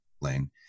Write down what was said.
lane